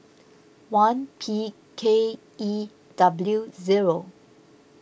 one P K E W zero